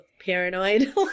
paranoid